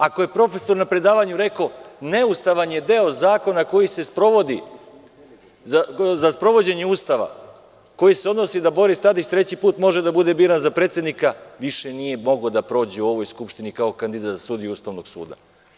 Ako je profesor na predavanju rekao – neustavan je deo zakona koji se sprovodi za sprovođenje Ustava, koji se odnosi na to da Boris Tadić treći put može da bude biran za predsednika, više nije mogao da prođe u ovoj Skupštini kao kandidat sudije za Ustavni sud.